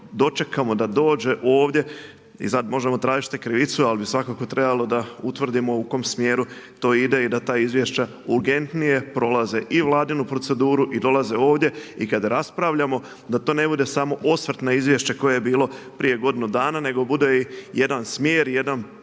dočekamo da dođe ovdje i sad možemo tražiti krivicu ali bi svakako trebalo da utvrdimo u kom smjeru to ide i da ta izvješća urgentnije prolaze i vladinu proceduru i dolaze ovdje. I kada raspravljamo da to ne bude samo osvrt na izvješće koje je bilo prije godinu dana, nego bude i jedan smjer i jedna